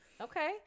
Okay